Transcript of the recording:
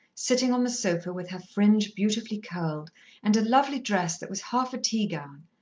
sitting on the sofa with her fringe beautifully curled and a lovely dress that was half a teagown,